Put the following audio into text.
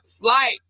flight